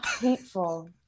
hateful